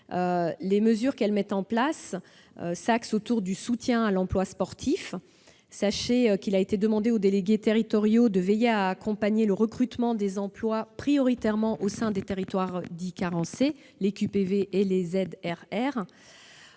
Les mesures mises en place sont axées autour du soutien à l'emploi sportif. Il a été demandé aux délégués territoriaux de veiller à accompagner le recrutement des personnels prioritairement au sein des territoires dits carencés, les QPV et les ZRR.